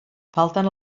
falten